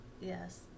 yes